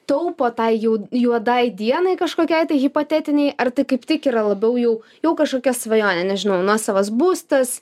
taupo tai jau juodai dienai kažkokiai tai hipotetinei ar tai kaip tik yra labiau jau jau kažkokia svajonė nežinau nuosavas būstas